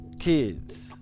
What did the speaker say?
kids